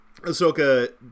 Ahsoka